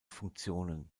funktionen